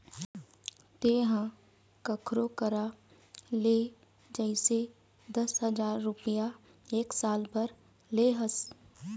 तेंहा कखरो करा ले जइसे दस हजार रुपइया एक साल बर ले हस